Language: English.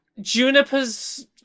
Juniper's